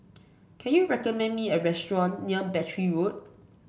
can you recommend me a restaurant near Battery Road